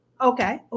Okay